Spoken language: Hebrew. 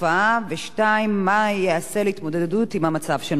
2. מה ייעשה להתמודדות עם המצב שנוצר?